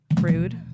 Rude